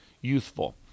youthful